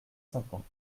cinquante